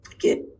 get